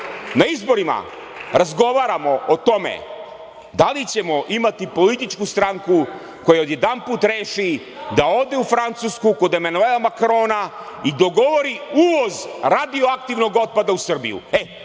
na izborima razgovaramo o tome, da li ćemo imati političku stranku koja odjedanput reši da ode u Francusku kod Emanuela Makrona i dogovori uvoz radioaktivnog otpada u Srbiju.